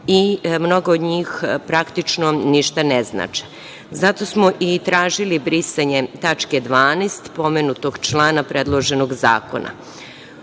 i mnoga od njih praktično ništa ne znače. Zato smo i tražili brisanje tačke 12. pomenutog člana predloženog zakona. Kulturu